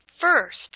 first